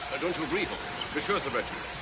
ah don't you agree, holmes? to be sure, sir reginald.